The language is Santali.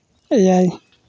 ᱮᱭᱟᱭ